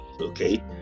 Okay